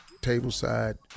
table-side